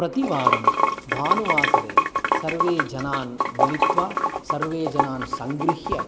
प्रतिवारं भानुवासरे सर्वे जनान् मिलित्वा सर्वे जनान् सङ्गृह्य